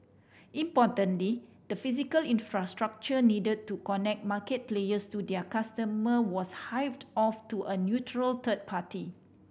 importantly the physical infrastructure need to connect market players to their customer was hived off to a neutral third party